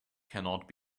cannot